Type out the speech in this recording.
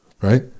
Right